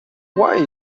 why